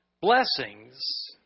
blessings